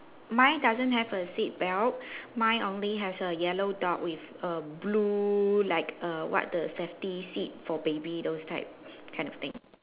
mine doesn't have a seat belt mine only has a yellow dot with a blue like err what the safety seat for baby those type kind of thing